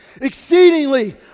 Exceedingly